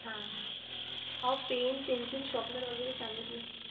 हा अहो pen pencil sharpener वगैरे सांगितलं